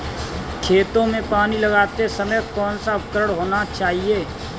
खेतों में पानी लगाते समय कौन सा उपकरण होना चाहिए?